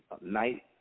night